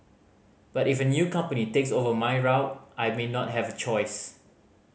but if a new company takes over my route I may not have a choice